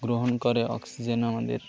গ্রহণ করে অক্সিজেন আমাদের